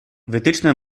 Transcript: wytyczne